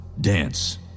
dance